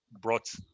brought